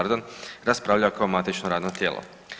Raspravljao kao matično radno tijelo.